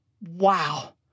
Wow